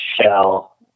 shell